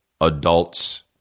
Adults